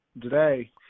today